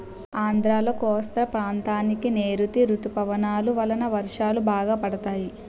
ఆంధ్రాలో కోస్తా ప్రాంతానికి నైరుతీ ఋతుపవనాలు వలన వర్షాలు బాగా పడతాయి